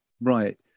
right